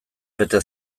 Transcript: bete